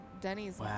Denny's